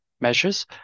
measures